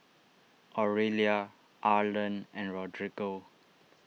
Aurelia Arlen and Rodrigo